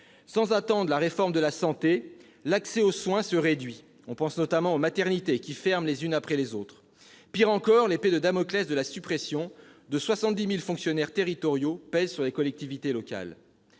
Sans attendre la réforme de la santé, l'accès aux soins se réduit. On pense notamment aux maternités qui ferment les unes après les autres. Pis encore, l'épée de Damoclès de la suppression de 70 000 fonctionnaires territoriaux pèse sur les collectivités locales.